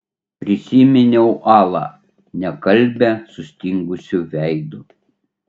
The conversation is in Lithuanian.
prisiminiau alą nekalbią sustingusiu veidu